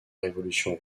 révolution